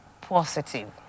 positive